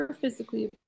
physically